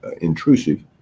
intrusive